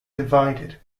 divided